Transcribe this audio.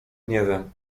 gniewem